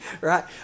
right